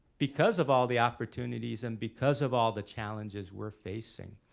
because of all the opportunities and because of all the challenges we're facing,